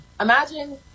imagine